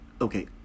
okay